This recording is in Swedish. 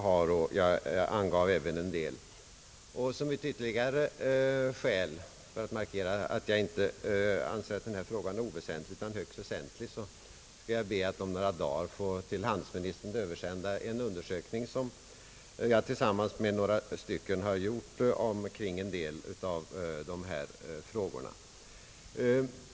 Som ett ytterligare skäl för att visa att jag anser att den här frågan är högst väsentlig skall jag om några dagar till handelsministern översända en undersökning som jag tillsammans med några andra har gjort kring en del av de här frågorna.